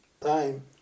time